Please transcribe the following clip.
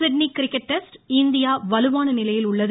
Sydney cricket test India வலுவான நிலையில் உள்ளது